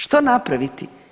Što napraviti?